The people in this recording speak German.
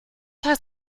heißt